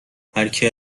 هرکی